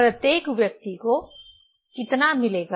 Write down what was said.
प्रत्येक व्यक्ति को कितना मिलेगा